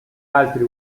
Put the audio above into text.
altri